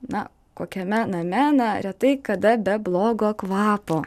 na kokiame name na retai kada be blogo kvapo